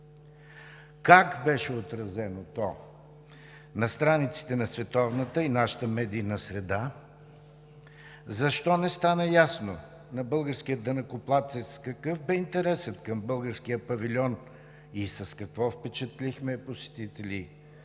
Как беше отразено то на страниците на световната и на нашата медийна среда? Защо не стана ясно на българския данъкоплатец какъв е интересът към българския павилион и с какво впечатлихме посетители